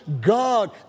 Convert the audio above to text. God